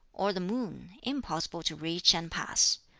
or the moon, impossible to reach and pass.